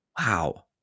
Wow